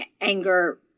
anger